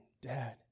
Dad